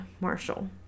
Marshall